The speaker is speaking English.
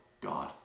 God